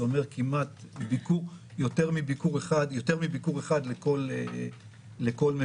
זה אומר יותר מביקור אחד לכל מבודד.